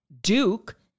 Duke